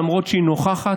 למרות שהיא נוכחת,